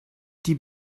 die